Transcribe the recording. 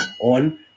on